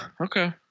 Okay